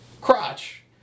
crotch